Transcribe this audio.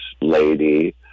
lady